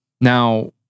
Now